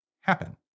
happen